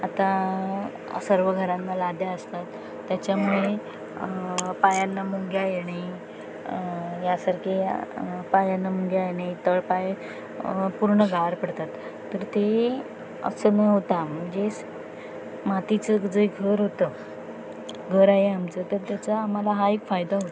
आता सर्व घरांना लाद्या असतात त्याच्यामुळे पायांना मुंग्या येणे यासारखे पायांना मुंग्या येणे तळपाय पूर्ण गार पडतात तर ते असं न होता म्हणजे मातीचं जे घर होतं घर आहे आमचं तर त्याचा आम्हाला हा एक फायदा होतो